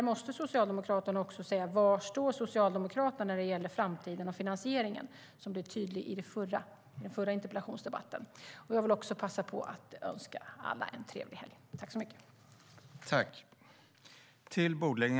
Socialdemokraterna måste också säga var de står när det gäller framtiden och finansieringen, vilket blev tydligt i den förra interpellationsdebatten. Jag vill också passa på att önska alla en trevlig helg.